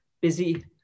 busy